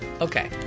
Okay